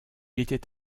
était